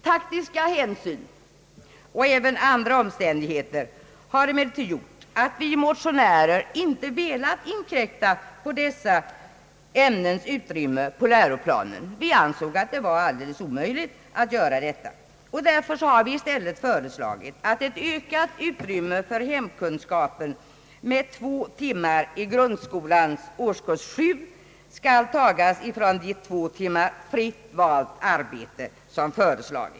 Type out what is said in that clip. Taktiska hänsyn och andra omständigheter har emellertid gjort att vi motionärer inte velat inkräkta på dessa ämnens utrymme på läroplanen. Vi ansåg att det var alldeles omöjligt, och därför har vi i stället föreslagit, att ett ökat utrymme för hemkunskapen med två timmar i grundskolans årskurs 7 skall tas från två timmar »fritt valt arbete».